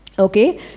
Okay